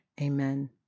Amen